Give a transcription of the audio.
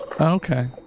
Okay